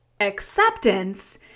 Acceptance